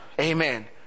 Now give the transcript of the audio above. Amen